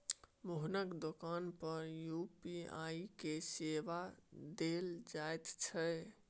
मोहनक दोकान पर यू.पी.आई केर सेवा देल जाइत छै